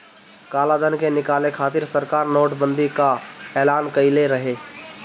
कालाधन के निकाले खातिर सरकार नोट बंदी कअ एलान कईले रहे